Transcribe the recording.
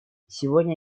сегодня